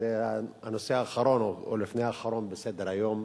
זה הנושא האחרון או לפני האחרון בסדר-היום.